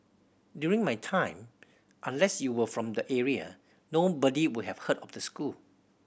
during my time unless you were from the area nobody would have heard of the school